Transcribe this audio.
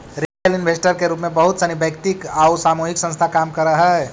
retail investor के रूप में बहुत सनी वैयक्तिक आउ सामूहिक संस्था काम करऽ हइ